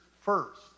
first